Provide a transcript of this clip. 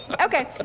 Okay